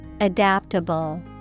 Adaptable